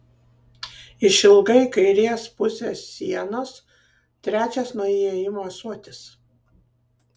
išilgai kairės pusės sienos trečias nuo įėjimo ąsotis